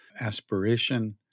aspiration